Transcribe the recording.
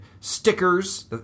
stickers